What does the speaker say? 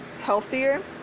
healthier